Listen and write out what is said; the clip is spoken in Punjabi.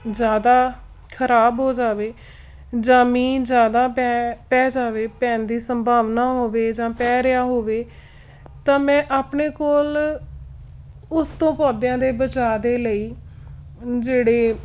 ਜ਼ਿਆਦਾ ਖਰਾਬ ਹੋ ਜਾਵੇ ਜਾਂ ਮੀਂਹ ਜ਼ਿਆਦਾ ਪੈ ਪੈ ਜਾਵੇ ਪੈਣ ਦੀ ਸੰਭਾਵਨਾ ਹੋਵੇ ਜਾਂ ਪੈ ਰਿਹਾ ਹੋਵੇ ਤਾਂ ਮੈਂ ਆਪਣੇ ਕੋਲ ਉਸ ਤੋਂ ਪੌਦਿਆਂ ਦੇ ਬਚਾਅ ਦੇ ਲਈ ਜਿਹੜੇ